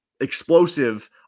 explosive